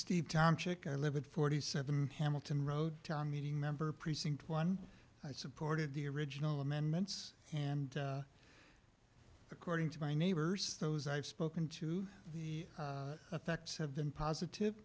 steve time chick i live in forty seven hamilton road town meeting member precinct one i supported the original amendments and according to my neighbors those i've spoken to the effects have been positive